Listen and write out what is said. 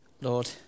Lord